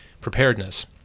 preparedness